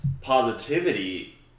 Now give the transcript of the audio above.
positivity